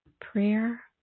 prayer